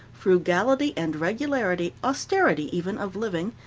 frugality and regularity, austerity, even, of living,